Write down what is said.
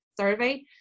Survey